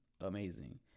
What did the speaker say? amazing